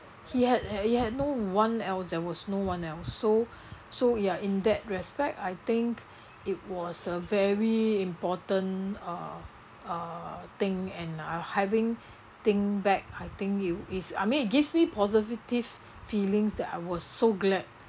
he had he had no one else there was no one else so so ya in that respect I think it was a very important uh uh thing and now having think back I think it is I mean it gives me positive feelings that I was so glad